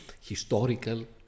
historical